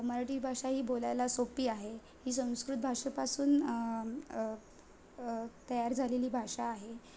मराठी भाषा ही बोलायला सोपी आहे ही संस्कृत भाषेपासून तयार झालेली भाषा आहे